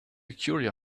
peculiar